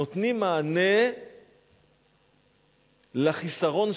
נותנים מענה לחיסרון שלנו,